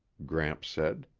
gramps said.